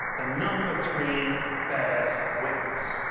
the number three bears witness.